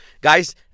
Guys